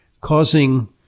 causing